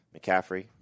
McCaffrey